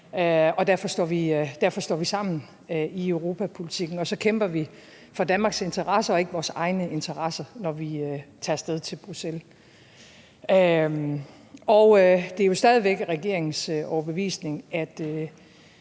derfor står vi sammen i europapolitikken, og så kæmper vi for Danmarks interesser og ikke vores egne interesser, når vi tager af sted til Bruxelles. Det er jo stadig væk regeringens overbevisning,